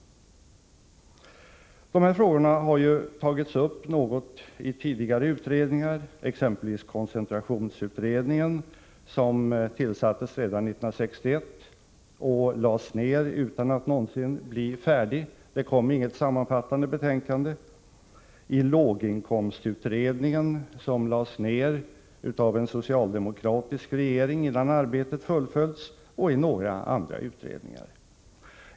Dessa frågor har behandlats i tidigare utredningar, exempelvis i koncentrationsutredningen, som tillsattes redan 1961 och som lades ner utan att någonsin bli färdig — det presenterades inte något sammanfattande betänkande — och i låginkomstutredningen, som lades ner av en socialdemokratisk regering innan arbetet hade fullföljts.